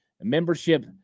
membership